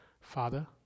Father